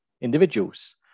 individuals